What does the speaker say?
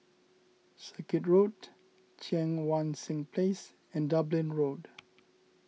Circuit Road Cheang Wan Seng Place and Dublin Road